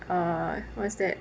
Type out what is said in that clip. err what's that